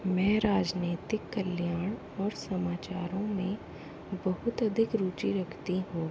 मैं राजनीतिक कल्याण और समाचारों में बहुत अधिक रुचि रखती हूँ